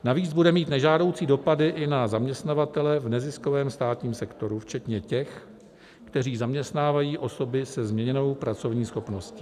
Navíc bude mít nežádoucí dopady i na zaměstnavatele v neziskovém státním sektoru včetně těch, kteří zaměstnávají osoby se změněnou pracovní schopností.